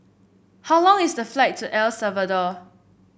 how long is the flight to El Salvador